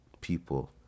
people